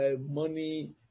money